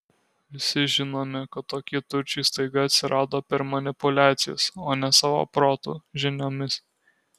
visi žinome kad tokie turčiai staiga atsirado per manipuliacijas o ne savo protu žiniomis